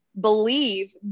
believe